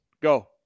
Go